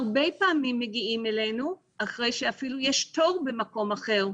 הרבה פעמים מגיעים אלינו אחרי שאפילו יש תור במקום אחר,